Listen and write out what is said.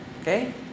Okay